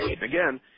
Again